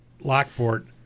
Lockport –